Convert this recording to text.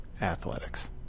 athletics